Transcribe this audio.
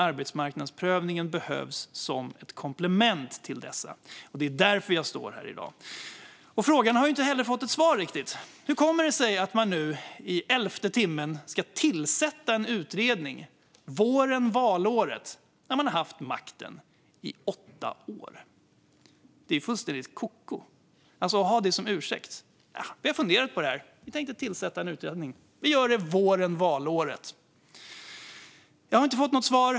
Arbetsmarknadsprövningen behövs som ett komplement till dessa. Det är därför jag står här i dag. Frågan har inte heller fått ett svar. Hur kommer det sig att man nu i elfte timmen ska tillsätta en utredning våren valåret när man har haft makten i åtta år? Det är fullständigt koko att ha det som ursäkt; vi har funderat på det här, och vi tänker tillsätta en utredning. Vi gör det våren valåret. Jag har inte fått något svar.